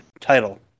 title